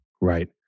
Right